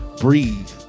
breathe